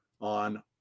on